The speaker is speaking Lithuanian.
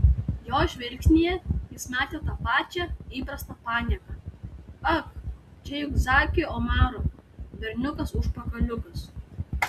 jo žvilgsnyje jis matė tą pačią įprastą panieką ak čia juk zaki omaro berniukas užpakaliukas